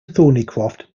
thornycroft